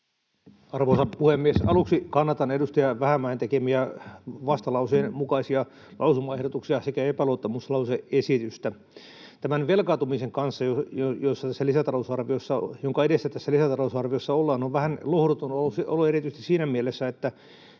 Arvoisa puhemies! Aluksi kannatan edustaja Vähämäen tekemiä vastalauseen mukaisia lausumaehdotuksia sekä epäluottamuslause-esitystä. Tämän velkaantumisen kanssa, jonka edessä tässä lisätalousarviossa ollaan, on vähän lohduton olo erityisesti siinä mielessä, että